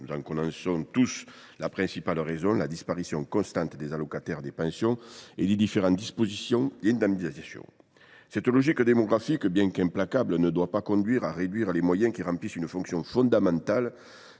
Nous en connaissons tous la principale raison : la disparition constante des allocataires des pensions et des différents dispositifs d’indemnisation. Cette logique démographique, bien qu’implacable, ne doit pas conduire à réduire les moyens qui remplissent une fonction fondamentale